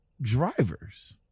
drivers